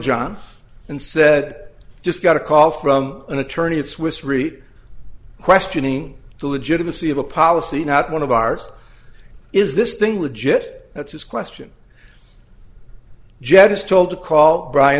n and said i just got a call from an attorney at swiss re questioning the legitimacy of a policy not one of ours is this thing legit that's his question jet is told to call brian